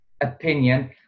opinion